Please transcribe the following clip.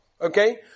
Okay